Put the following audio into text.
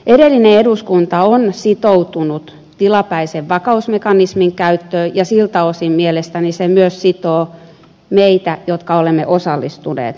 edellinen eduskunta on sitoutunut tilapäisen vakausmekanismin käyttöön ja siltä osin mielestäni se myös sitoo meitä jotka olemme osallistuneet päätöksentekoon